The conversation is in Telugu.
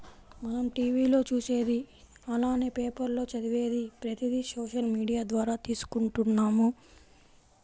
మనం టీవీ లో చూసేది అలానే పేపర్ లో చదివేది ప్రతిది సోషల్ మీడియా ద్వారా తీసుకుంటున్నాము